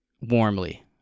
Warmly